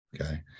okay